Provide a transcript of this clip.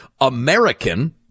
American